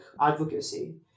advocacy